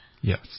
Yes